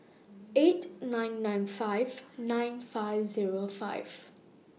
eight nine nine five nine five Zero five